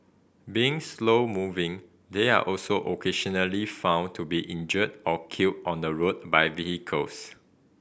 being slow moving they are also occasionally found to be injured or killed on the road by vehicles